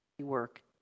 work